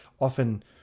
often